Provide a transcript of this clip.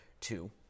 two